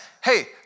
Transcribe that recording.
hey